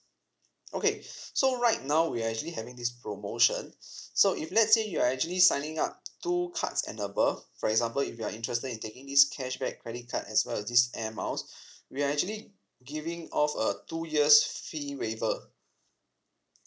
okay so right now we're actually having this promotion so if let's say you're actually signing up two cards and above for example if you are interested in taking this cashback credit card as well as this air miles we're actually giving off uh two years fee waiver